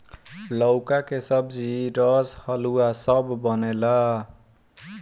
लउका के सब्जी, रस, हलुआ सब बनेला